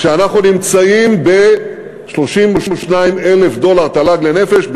כשאנחנו נמצאים ב-32,000 דולר תל"ג לנפש,